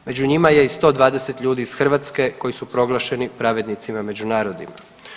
Među njima je i 120 ljudi iz Hrvatske koji su proglašeni pravednicima među narodima.